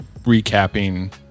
recapping